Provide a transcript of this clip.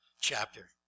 chapter